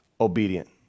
obedient